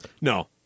No